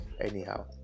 anyhow